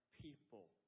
people